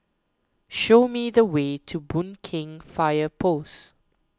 show me the way to Boon Keng Fire Post